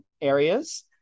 areas